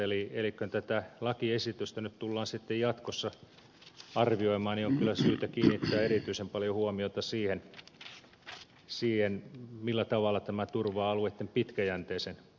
eli kun tätä lakiesitystä tullaan sitten jatkossa arvioimaan on kyllä syytä kiinnittää erityisen paljon huomiota siihen millä tavalla tämä turvaa alueitten pitkäjänteisen kehittämisen